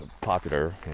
popular